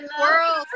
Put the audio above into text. world